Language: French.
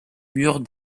murs